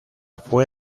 fue